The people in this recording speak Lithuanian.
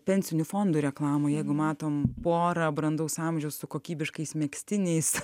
pensinių fondų reklamoje jeigu matome porą brandaus amžiaus su kokybiškais megztiniais